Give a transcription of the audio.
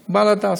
להדסה.